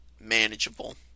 Manageable